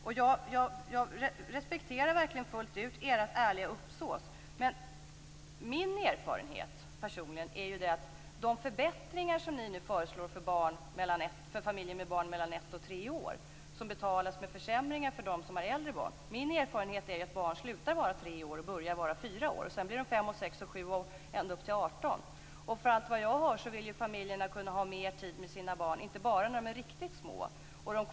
Jag respekterar verkligen fullt ut ert ärliga uppsåt men min erfarenhet beträffande de förbättringar som ni nu föreslår för familjer med barn i åldern ett-tre år som betalas med försämringar för dem som har äldre barn är att barn slutar vara tre år och börjar vara fyra år. Sedan blir de fem, sex, sju och ända upp till 18 år. Efter vad jag hört vill familjerna kunna ha mera tid med sina barn, inte bara när barnen är riktigt små.